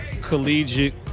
collegiate